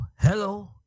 hello